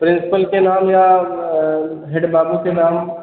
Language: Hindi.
प्रिन्सपल के नाम या हेड बाबू के नाम